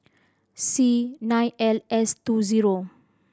C nine L S two zero